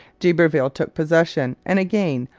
d'iberville took possession and again,